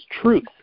truth